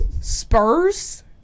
spurs